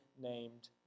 named